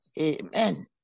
Amen